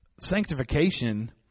sanctification